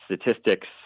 statistics